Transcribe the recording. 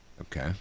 Okay